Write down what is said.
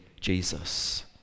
Jesus